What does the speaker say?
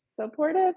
supportive